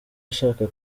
ashaka